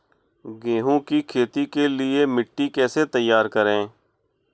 गेहूँ की खेती के लिए मिट्टी कैसे तैयार करें?